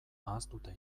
ahaztuta